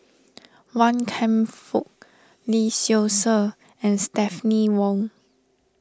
Wan Kam Fook Lee Seow Ser and Stephanie Wong